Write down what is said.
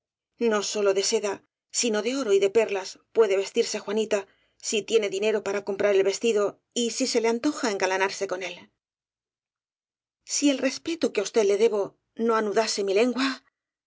no sólo de seda sino de oro y de perlas puede vestirse juanita si tiene dinero para comprar el vestido y si se le antoja engalanarse con él s i el respeto que á usted debo no anudase mi lengua